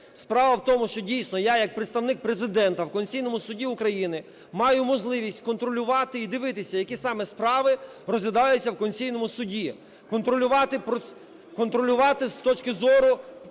Справа в тому, що дійсно я як представник Президента в Конституційному Суді України маю можливість контролювати і дивитися, які саме справи розглядаються в Конституційному Суді, контролювати з точки зору